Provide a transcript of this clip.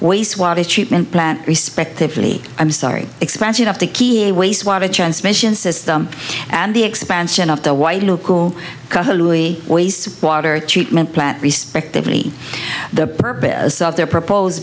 wastewater treatment plant respectively i'm sorry expansion of the key a wastewater transmission system and the expansion of the white local holy water treatment plant respectively the purpose of their propose